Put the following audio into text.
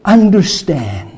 understand